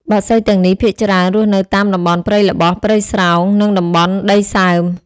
បក្សីទាំងនេះភាគច្រើនរស់នៅតាមតំបន់ព្រៃល្បោះ ព្រៃស្រោង និងតំបន់ដីសើម។